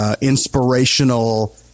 inspirational